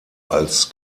als